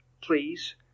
please